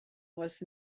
was